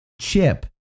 chip